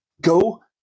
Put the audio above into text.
Go